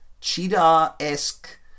cheetah-esque